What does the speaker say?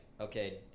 okay